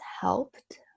helped